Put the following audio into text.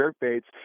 baits